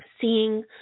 seeing